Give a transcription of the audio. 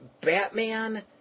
Batman